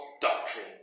doctrine